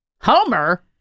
homer